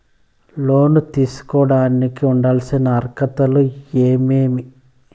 లోను తీసుకోడానికి ఉండాల్సిన అర్హతలు ఏమేమి?